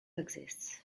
exists